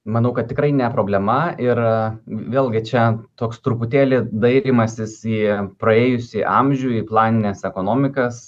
manau kad tikrai ne problema ir vėlgi čia toks truputėlį dairymasis į praėjusį amžių į planines ekonomikas